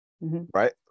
Right